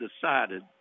decided